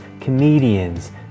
comedians